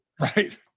Right